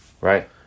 right